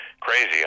Crazy